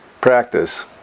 practice